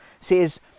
says